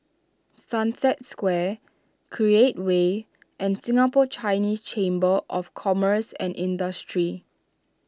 Sunset Square Create Way and Singapore Chinese Chamber of Commerce and Industry